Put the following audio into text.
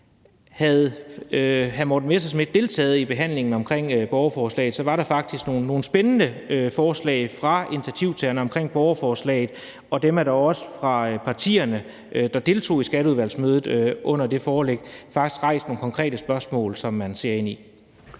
Havde hr. Morten Messerschmidt deltaget i behandlingen af borgerforslaget, ville han vide, at der faktisk var nogle spændende forslag fra initiativtagerne til borgerforslaget, og det er der jo også fra partierne, der deltog i Skatteudvalgsmødet under den forelæggelse. Der blev faktisk rejst nogle konkrete spørgsmål, som man ser på.